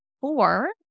four